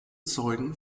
zeugen